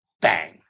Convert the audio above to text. bang